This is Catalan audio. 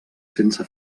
sense